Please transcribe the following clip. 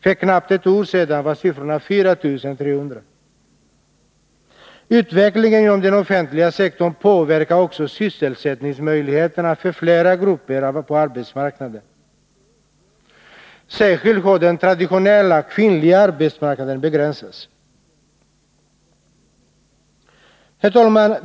För knappt ett år sedan var antalet 4 300. Utvecklingen inom den offentliga sektorn påverkar också sysselsättningsmöjligheterna för flera grupper på arbetsmarknaden. Särskilt har den traditionellt kvinnliga arbetsmarknaden begränsats.